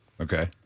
Okay